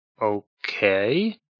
Okay